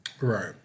Right